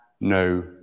no